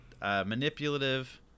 manipulative